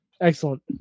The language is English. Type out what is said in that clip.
Excellent